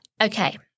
Okay